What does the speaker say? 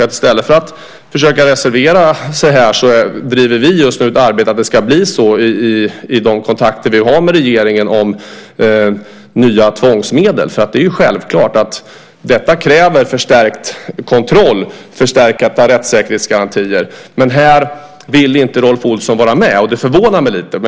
I stället för att försöka reservera oss driver vi arbetet att det ska bli så i de kontakter vi har med regeringen om nya tvångsmedel. Det är självklart att detta kräver förstärkt kontroll och förstärkta rättssäkerhetsgarantier. Här vill inte Rolf Olsson vara med, och det förvånar mig lite.